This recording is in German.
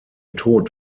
tod